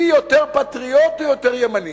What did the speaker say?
מי יותר פטריוט הוא יותר ימני,